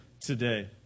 today